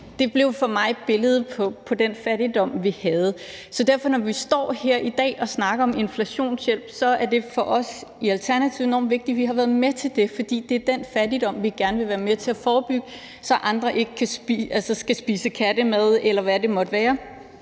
Det blev for mig et billede på den fattigdom, vi havde. Så når vi står her i dag og snakker om inflationshjælp, er det for os i Alternativet enormt vigtigt, at vi har været med til det, for det er den fattigdom, vi gerne vil være med til at forebygge, så andre ikke skal spise kattemad, eller hvad det måtte være.